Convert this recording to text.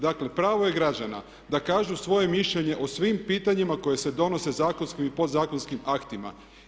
Dakle, pravo je građana da kažu svoje mišljenje o svim pitanjima koja se donose zakonskim i podzakonskim aktima.